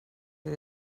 que